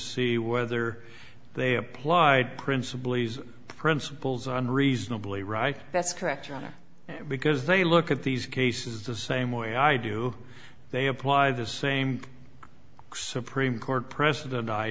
see whether they applied principle easy principles on reasonably right that's correct because they look at these cases the same way i do they apply the same supreme court precedent i